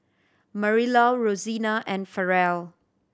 Marilou Rosina and Farrell